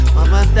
Mama